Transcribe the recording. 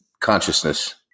consciousness